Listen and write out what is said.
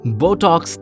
botox